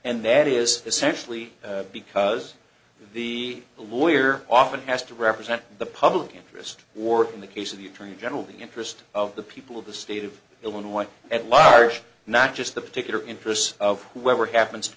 and that is essentially because the lawyer often has to represent the public interest or in the case of the attorney general the interest of the people of the state of illinois at large not just the particular interests of whoever happens to